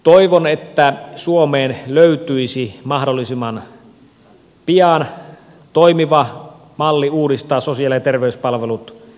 toivon että suomeen löytyisi mahdollisimman pian toimiva malli uudistaa sosiaali ja terveyspalvelut